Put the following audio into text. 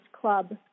Club